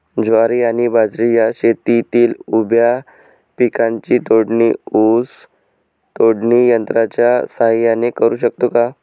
ज्वारी आणि बाजरी या शेतातील उभ्या पिकांची तोडणी ऊस तोडणी यंत्राच्या सहाय्याने करु शकतो का?